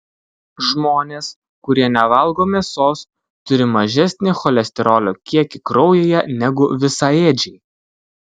žmonės kurie nevalgo mėsos turi mažesnį cholesterolio kiekį kraujyje negu visaėdžiai